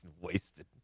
wasted